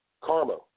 karma